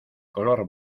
color